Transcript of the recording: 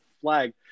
flag